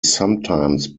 sometimes